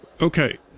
Okay